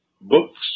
books